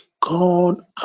god